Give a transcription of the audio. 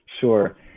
Sure